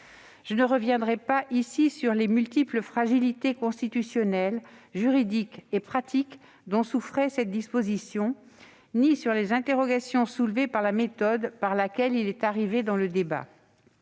Je ne reviendrai pas ici sur les multiples fragilités constitutionnelles, juridiques et pratiques dont souffrait cette disposition, ni sur les interrogations soulevées par les méthodes de l'exécutif. Espérons